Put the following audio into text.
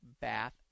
Bath &